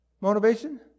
motivation